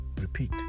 repeat